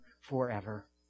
forever